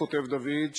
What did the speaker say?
כותב דוד,